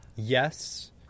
Yes